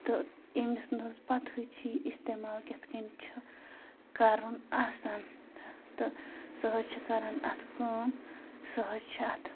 تہٕ أمِس نہٕ حظ پَتہٕ حظ چھِ یہِ استعمال کِتھ کٔنۍ چھِ کَرُن آسان تہٕ سۄ حظ چھِ کَران اَتھ کٲم سۄ حظ چھِ اَتھ